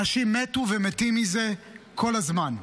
אנשים מתו ומתים מזה כל הזמן.